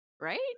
right